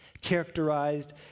characterized